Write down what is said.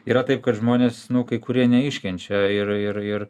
yra taip kad žmonės nu kai kurie neiškenčia ir ir ir